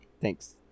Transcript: Thanks